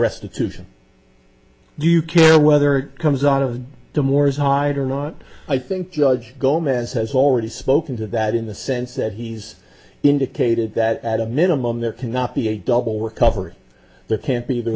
restitution do you care whether comes out of the moore's hide or not i think judge gomez has already spoken to that in the sense that he's indicated that at a minimum there cannot be a double recovery there can't be the